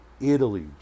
Italy